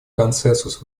консенсус